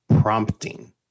prompting